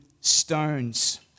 stones